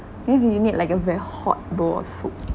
means like you need like a very hot bowl of soup